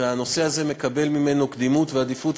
והנושא הזה מקבל ממנו קדימות ועדיפות,